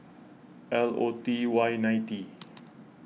L O T Y ninety